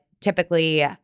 Typically